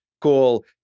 cool